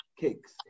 cakes